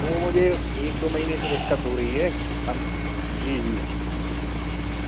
वो मुझे एक दो महीने से दिक्कत हो रही है कम जी जी